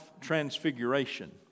Transfiguration